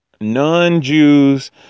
non-Jews